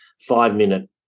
five-minute